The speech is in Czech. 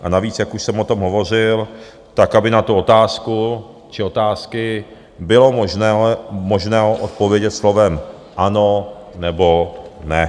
A navíc, jak už jsem o tom hovořil, tak aby na tu otázku či otázky bylo možno odpovědět slovem ano nebo ne.